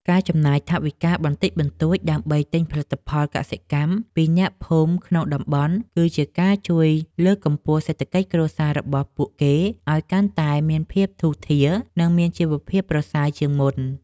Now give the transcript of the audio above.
ការចំណាយថវិកាបន្តិចបន្តួចដើម្បីទិញផលិតផលកសិកម្មពីអ្នកភូមិក្នុងតំបន់គឺជាការជួយលើកកម្ពស់សេដ្ឋកិច្ចគ្រួសាររបស់ពួកគេឱ្យកាន់តែមានភាពធូរធារ និង មានជីវភាពប្រសើរជាងមុន។